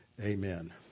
amen